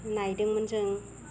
नायदोंमोन जों